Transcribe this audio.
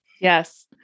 Yes